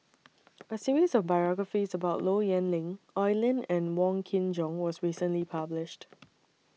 A series of biographies about Low Yen Ling Oi Lin and Wong Kin Jong was recently published